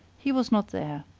he was not there.